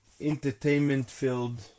entertainment-filled